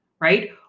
Right